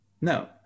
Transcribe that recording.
no